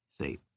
see